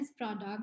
product